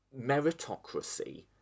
meritocracy